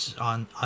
on